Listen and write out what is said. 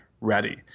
ready